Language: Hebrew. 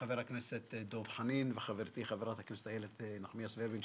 חבר הכנסת דב חנין וחברתי חברת הכנסת איילת נחמיאס-ורבין.